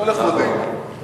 לא לכבודנו.